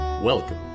Welcome